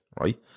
right